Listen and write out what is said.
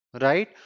right